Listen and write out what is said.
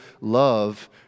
love